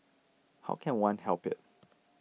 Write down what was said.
how can one help it